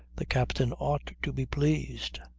the captain ought to be pleased.